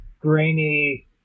grainy